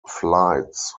flights